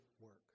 work